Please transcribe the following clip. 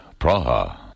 Praha